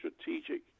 strategic